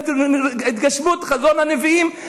התגשמות חזון הנביאים,